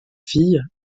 fille